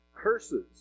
curses